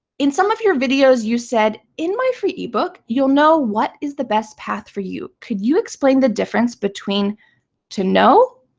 in some of your videos, you said, in my free ebook, you'll know what is the best path for you could you explain the difference between to know,